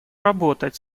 работать